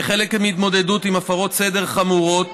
כחלק מההתמודדות עם הפרות סדר חמורות,